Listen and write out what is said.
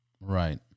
Right